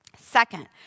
second